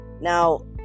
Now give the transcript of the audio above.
Now